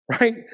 right